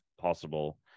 possible